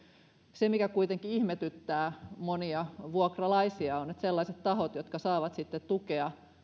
se mikä kuitenkin ihmetyttää monia vuokralaisia on se että sellaiset tahot jotka saavat tukea